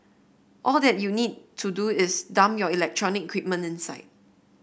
all that you need to do is dump your electronic equipment inside